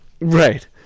Right